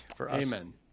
Amen